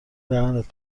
دهنت